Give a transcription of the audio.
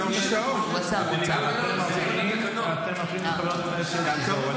אתם מפריעים לחברת הכנסת.